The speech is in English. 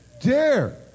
Dare